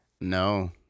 no